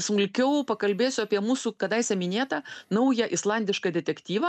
smulkiau pakalbėsiu apie mūsų kadaise minėtą naują islandišką detektyvą